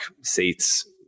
seats